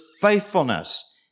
faithfulness